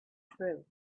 through